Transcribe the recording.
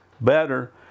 better